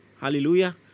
Hallelujah